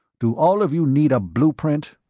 do all of you need a blueprint?